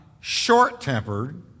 short-tempered